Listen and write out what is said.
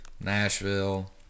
Nashville